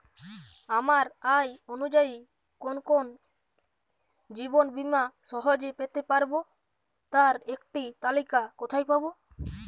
আমার আয় অনুযায়ী কোন কোন জীবন বীমা সহজে পেতে পারব তার একটি তালিকা কোথায় পাবো?